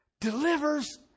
delivers